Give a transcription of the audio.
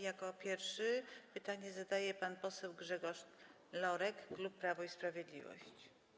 Jako pierwszy pytanie zadaje pan poseł Grzegorz Lorek, klub Prawo i Sprawiedliwość.